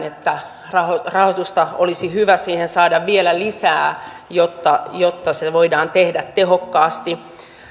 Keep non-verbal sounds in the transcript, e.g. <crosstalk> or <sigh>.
<unintelligible> että rahoitusta rahoitusta olisi hyvä siihen saada vielä lisää jotta jotta se voidaan tehdä tehokkaasti